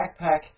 backpack